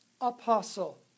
apostle